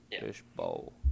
Fishbowl